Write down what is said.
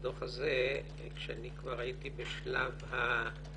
בדוח הזה, כשאני כבר הייתי בשלב הטיוטה,